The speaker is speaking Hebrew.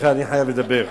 לכן אני חייב לדבר.